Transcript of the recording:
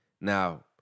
Now